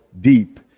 deep